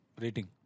Rating